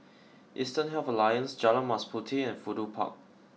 Eastern Health Alliance Jalan Mas Puteh and Fudu Park